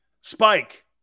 Spike